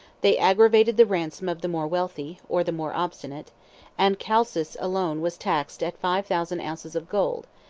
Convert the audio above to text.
they aggravated the ransom of the more wealthy, or the more obstinate and chalcis alone was taxed at five thousand ounces of gold,